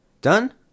Done